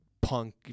punk